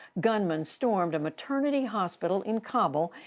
gunmen stormed a maternity hospital in kabul,